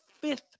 fifth